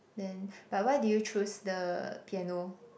then but why did you choose the piano